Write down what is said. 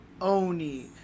Oni